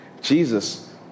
Jesus